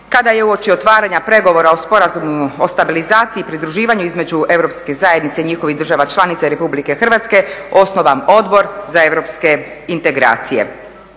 kada je uoči otvaranja pregovora o Sporazumu o stabilizaciji i pridruživanju između Europske zajednice i njihovih država članica Republike Hrvatske osnova Odbor za europske integracije.